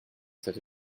cette